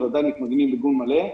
מתמגנים מיגון מלא.